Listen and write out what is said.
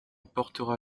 portera